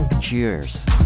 Cheers